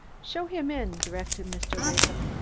show him in, directed mr. latham.